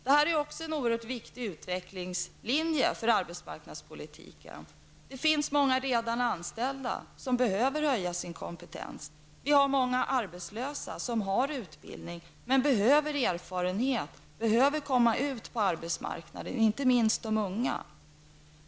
Det här är också en oerhört viktig utvecklingslinje för arbetsmarknadspolitiken. Det finns många redan anställda som behöver höja sin kompetens. Det finns många arbetslösa som har utbildning men som behöver få erfarenhet och komma ut på arbetsmarknaden. Det gäller inte minst de unga.